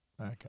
Okay